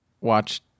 watch